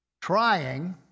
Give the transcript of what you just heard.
Trying